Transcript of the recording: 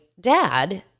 dad